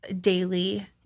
daily